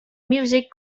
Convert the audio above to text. music